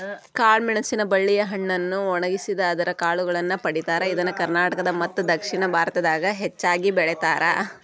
ಕಾಳಮೆಣಸಿನ ಬಳ್ಳಿಯ ಹಣ್ಣನ್ನು ಒಣಗಿಸಿ ಅದರ ಕಾಳುಗಳನ್ನ ಪಡೇತಾರ, ಇದನ್ನ ಕರ್ನಾಟಕ ಮತ್ತದಕ್ಷಿಣ ಭಾರತದಾಗ ಹೆಚ್ಚಾಗಿ ಬೆಳೇತಾರ